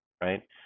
right